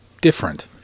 different